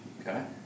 Okay